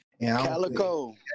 Calico